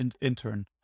intern